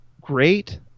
great